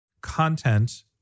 content